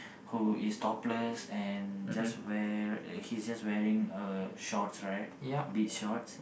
who is topless and just wear he's just wearing a shorts right beach shorts